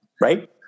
right